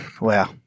wow